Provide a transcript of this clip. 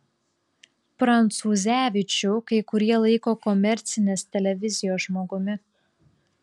prancūzevičių kai kurie laiko komercinės televizijos žmogumi